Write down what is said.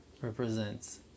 represents